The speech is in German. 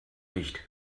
nicht